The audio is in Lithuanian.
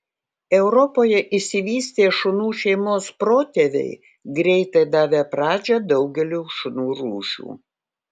europoje išsivystė šunų šeimos protėviai greitai davę pradžią daugeliui šunų rūšių